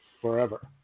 forever